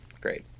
Great